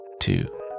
two